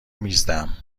میزدم